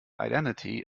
identity